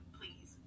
please